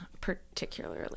particularly